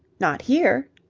not here?